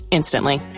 instantly